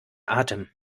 atem